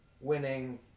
winning